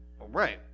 Right